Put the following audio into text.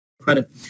credit